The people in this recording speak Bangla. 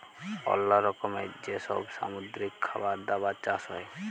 অল্লো রকমের যে সব সামুদ্রিক খাবার দাবার চাষ হ্যয়